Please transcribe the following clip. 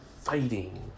fighting